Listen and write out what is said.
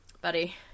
buddy